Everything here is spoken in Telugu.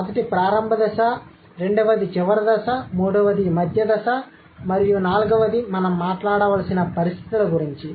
మొదటిది ప్రారంభ దశ రెండవది చివరి దశ మూడవది మధ్య దశ మరియు నాల్గవది మనం మాట్లాడవలసిన పరిస్థితుల గురించి